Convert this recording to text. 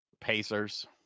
pacers